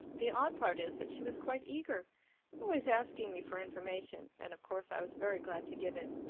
the odd part is that she was quite eager always asking me for information and of course i was very glad to give it.